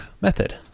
method